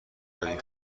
داریم